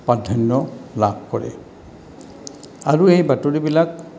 প্ৰাধান্য লাভ কৰে আৰু এই বাতৰিবিলাক